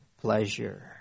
pleasure